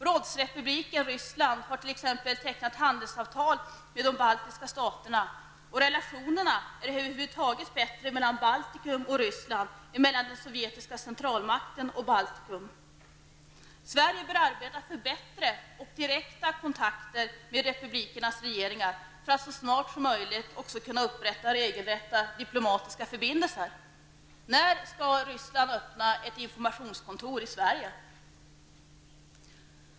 Rådsrepubliken Ryssland har t.ex. tecknat handelsavtal med de baltiska staterna, och relationerna är över huvud taget bättre mellan Baltikum och Ryssland än mellan den sovjetiska centralmakten och Baltikum. Sverige bör arbeta för bättre och direkta kontakter med republikernas regeringar för att så snart som möjligt kunna upprätta regelrätta diplomatiska förbindelser. När öppnar Ryssland ett informationskontor i Sverige?